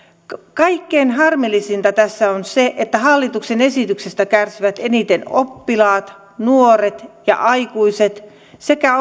kaikkein harmillisinta tässä on se että hallituksen esityksestä kärsivät eniten oppilaat nuoret ja aikuiset sekä